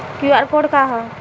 QR code का ह?